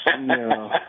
No